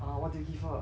ah what did you give her